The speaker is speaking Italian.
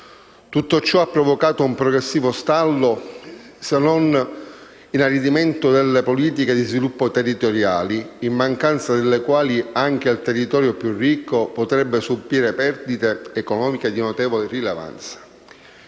Tutto ciò ha provocato un progressivo stallo, se non un inaridimento delle politiche di sviluppo territoriali, in mancanza delle quali anche il territorio più ricco potrebbe subire perdite economiche di notevole rilevanza.